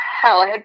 hell